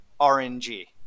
rng